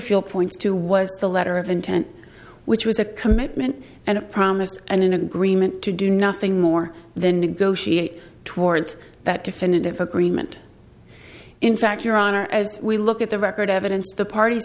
feel points to was the letter of intent which was a commitment and a promise and an agreement to do nothing more than negotiate towards that definitive agreement in fact your honor as we look at the record evidence the parties